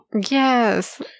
Yes